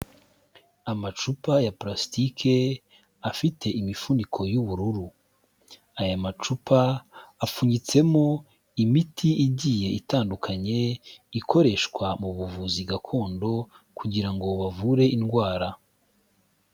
Amacupa ya pulasitike, afite imifuniko y'ubururu. Aya macupa, apfunyitsemo imiti igiye itandukanye, ikoreshwa mu buvuzi gakondo, kugira ngo bavure indwara.